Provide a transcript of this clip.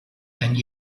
and